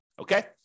Okay